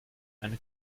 eine